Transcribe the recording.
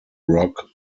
rock